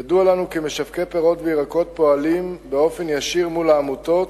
ידוע לנו כי משווקי פירות וירקות פועלים באופן ישיר מול העמותות